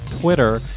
Twitter